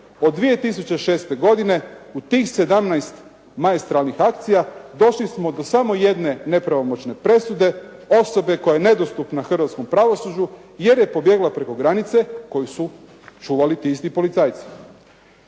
Od 2006. godine u tih 17 maestralnih akcija došli smo do samo jedne nepravomoćne presude, osobe koja je nedostupna hrvatskom pravosuđu jer je pobjegla preko granice koju su čuvali ti isti policajci.